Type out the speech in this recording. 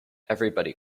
everybody